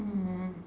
mm